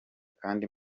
kandi